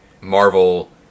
Marvel